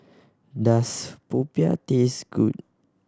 does popiah taste good